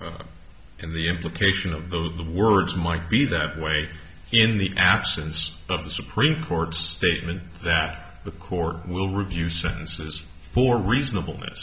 and the implication of the words might be that way in the absence of the supreme court's statement that the court will review sentences for reasonable m